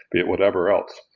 be it whatever else.